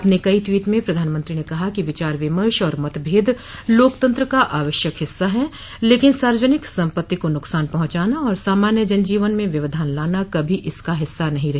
अपने कई ट्वीट में प्रधानमंत्री ने कहा कि विचार विमर्श और मतभेद लोकतंत्र का आवश्यक हिस्सा है लेकिन सार्वजनिक सम्पत्ति को नुकसान पहुंचाना और सामान्य जनजीवन में व्यवधान लाना कभी इसका हिस्सा नहीं रहे